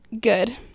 Good